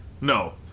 No